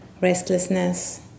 restlessness